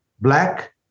black